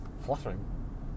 fluttering